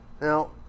Now